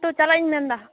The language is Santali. ᱛᱚ ᱪᱟᱞᱟᱜ ᱤᱧ ᱢᱮᱱᱫᱟ